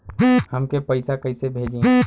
हमके पैसा कइसे भेजी?